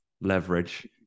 leverage